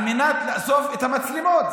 על מנת לאסוף את המצלמות.